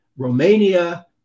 Romania